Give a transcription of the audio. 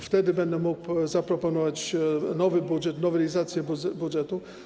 Wtedy będę mógł zaproponować nowy budżet, nowelizację budżetu.